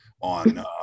on